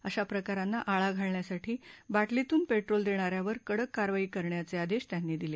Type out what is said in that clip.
अशा प्रकारांना आळा घालण्यासाठी बाटलीतून पेट्रोल देणाऱ्यांवर कडक कारवाई करण्याचे आदेश त्यांनी दिले